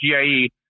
GIE